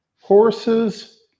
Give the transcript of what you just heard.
Horses